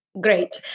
Great